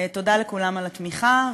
תודה לכולם על התמיכה,